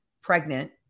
pregnant